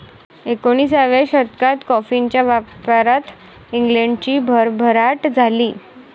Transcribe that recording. एकोणिसाव्या शतकात कॉफीच्या व्यापारात इंग्लंडची भरभराट झाली